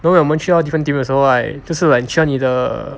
所以我们去到 different team 的时候 right 就是 like 去到你的